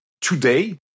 today